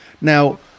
Now